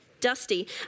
Dusty